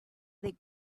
they